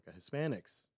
Hispanics